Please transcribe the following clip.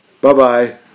Bye-bye